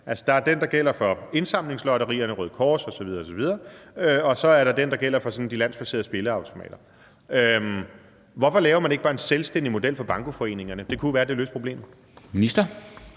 Der er den, der gælder for indsamlingslotterierne, Røde Kors osv., og så er der den, der gælder for de sådan landbaserede spilleautomater. Hvorfor laver man ikke bare en selvstændig model for bankoforeningerne? Det kunne jo være, at det løste problemet.